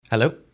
Hello